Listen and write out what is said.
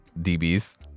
DBs